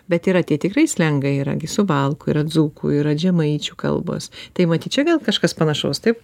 bet yra tie tikrai slengai yra gi suvalkų yra dzūkų yra žemaičių kalbos tai matyt čia vėl kažkas panašaus taip